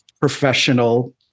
professional